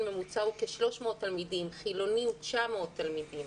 ממוצע הוא כ-300 תלמידים וחילוני הוא 900 תלמידים,